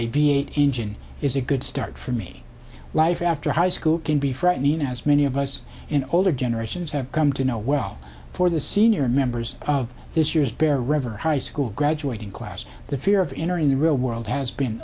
ideate engine is a good start for me life after high school can be frightening as many of us in older generations have come to know well for the senior members of this year's bear river high school graduating class the fear of entering the real world